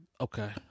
Okay